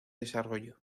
desarrollo